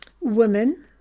women